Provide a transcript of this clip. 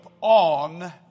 on